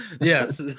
Yes